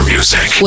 Music